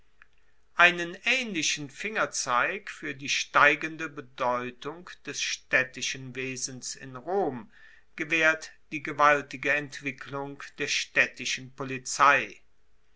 einen aehnlichen fingerzeig fuer die steigende bedeutung des staedtischen wesens in rom gewaehrt die gewaltige entwicklung der staedtischen polizei